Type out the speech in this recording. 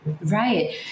Right